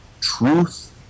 truth